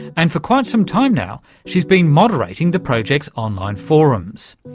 and for quite some time now she's been moderating the project's online forums.